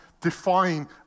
define